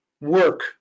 work